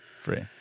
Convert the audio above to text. Free